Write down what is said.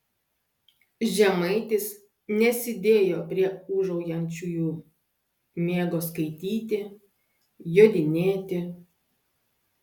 žemaitis nesidėjo prie ūžaujančiųjų mėgo skaityti jodinėti